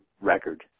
record